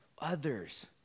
others